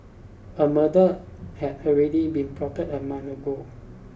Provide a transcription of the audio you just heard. a murder had already been plotted a month ago